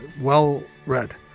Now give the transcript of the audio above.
well-read